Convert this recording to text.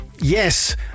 Yes